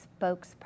spokesperson